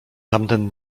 tamten